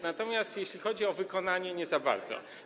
Natomiast jeśli chodzi o wykonanie - nie za bardzo.